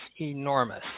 enormous